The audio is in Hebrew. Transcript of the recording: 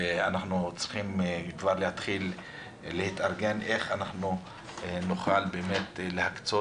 ואנחנו צריכים להתחיל להתארגן ולראות איך נוכל באמת להקצות